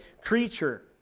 creature